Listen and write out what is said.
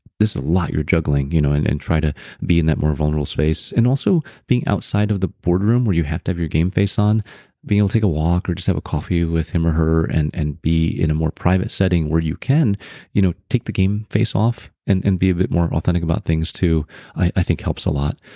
a lot you're juggling, you know and try to be in that more vulnerable space and also being outside of the boardroom where you have to have your game face on being able to take a walk or just have a coffee with him or her and and be in a more private setting where you can you know take the game face off and and be a bit more authentic about things too i think helps a lot.